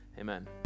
amen